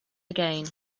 again